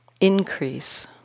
increase